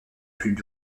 plus